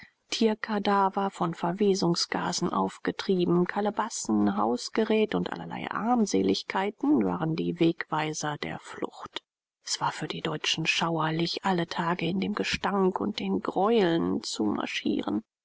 tierkadaver von verwesungsgasen aufgetrieben kalebassen hausgerät und allerlei armseligkeiten waren die wegweiser der flucht es war für die deutschen schauerlich alle tage in dem gestank und den greueln zu marschieren